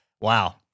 wow